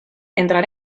entrar